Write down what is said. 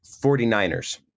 49ers